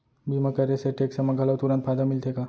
बीमा करे से टेक्स मा घलव तुरंत फायदा मिलथे का?